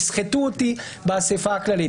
יסחטו אותי באספה הכללית.